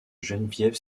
geneviève